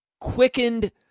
quickened